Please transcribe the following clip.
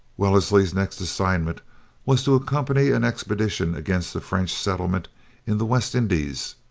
wellesley's next assignment was to accompany an expedition against the french settlement in the west indies,